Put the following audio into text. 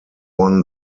won